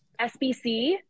SBC